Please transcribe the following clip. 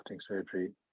surgery